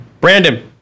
Brandon